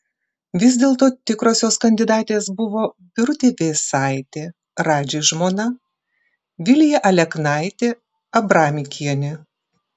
vis dėlto tikrosios kandidatės buvo birutė vėsaitė radži žmona vilija aleknaitė abramikienė